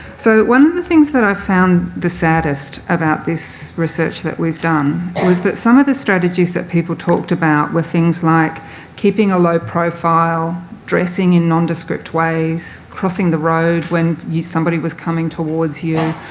so one of the things that i found the saddest about this research that we've done was that some of the strategies that people talked about were things like keeping a low profile, dressing in nondescript ways, crossing the road when somebody was coming towards you,